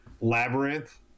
Labyrinth